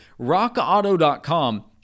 rockauto.com